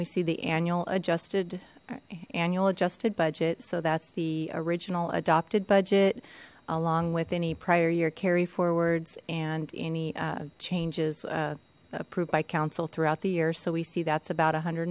we see the annual adjusted annual adjusted budget so that's the original adopted budget along with any prior year carry forwards and any changes approved by counsel throughout the year so we see that's about a hundred